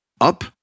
Up